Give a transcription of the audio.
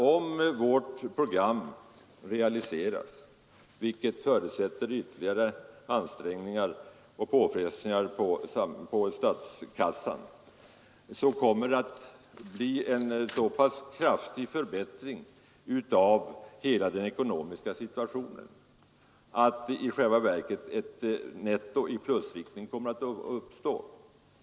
Om vårt program realiseras, vilket förutsätter ytterligare ansträngningar och påfrestningar på statskassan, så kommer det att bli en så pass kraftig förbättring av hela den ekonomiska situationen att i själva verket ett netto på plussidan kommer att uppstå.